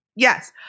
Yes